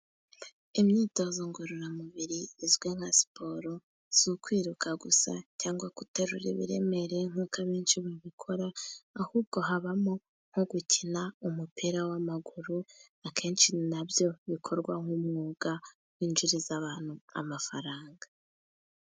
Imyitozo ngororamubiri izwi nka siporo, si ukwiruka gusa, cyangwa gutarura ibiremereye nkuko abenshi babikora, ahubwo habamo; nko gukina umupira w'amaguru, akenshi na byo bikorwa nk'umwuga winjiriza abantu amafaranga.